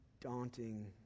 daunting